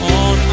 on